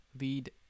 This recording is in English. Lead